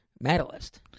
Medalist